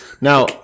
Now